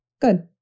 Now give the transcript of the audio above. Good